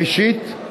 ראשית,